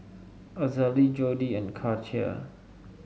Azalee Jordi and Katia